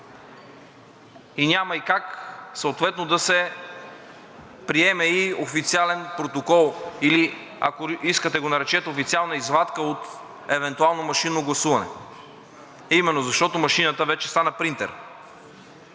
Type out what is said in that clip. няма и как съответно да се приеме и официален протокол или ако искате, го наречете официална извадка от евентуално машинно гласуване именно защото машината вече стана принтер.